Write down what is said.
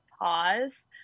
pause